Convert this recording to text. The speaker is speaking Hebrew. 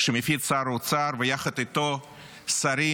שמפיץ שר האוצר, ויחד איתו שרים